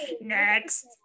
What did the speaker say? next